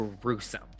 gruesome